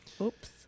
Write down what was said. Oops